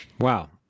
Wow